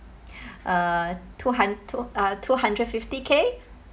uh two hun~ two uh two hundred fifty K